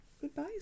goodbye